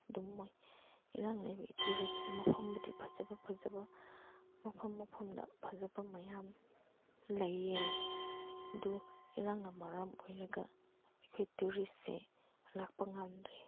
ꯑꯗꯨꯝ ꯃꯣꯏ ꯏꯔꯥꯡ ꯂꯩꯕꯒꯤ ꯇꯨꯔꯤꯁ ꯃꯐꯝꯕꯨꯗꯤ ꯐꯖꯕ ꯐꯖꯕ ꯃꯐꯝ ꯃꯐꯝꯗ ꯐꯖꯕ ꯃꯌꯥꯝ ꯂꯩꯌꯦ ꯑꯗꯨ ꯏꯔꯥꯡꯅ ꯃꯔꯝ ꯑꯣꯏꯔꯒ ꯑꯩꯈꯣꯏ ꯇꯨꯔꯤꯁꯁꯦ ꯂꯥꯛꯄ ꯉꯝꯗ꯭ꯔꯦ